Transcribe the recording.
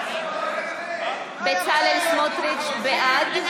בעד שירלי פינטו קדוש,